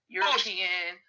European